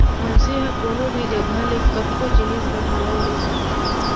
मनसे ह कोनो भी जघा ले कतको जिनिस बर लोन ले सकत हावय